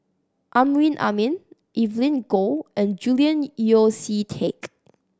Amrin Amin Evelyn Goh and Julian Yeo See Teck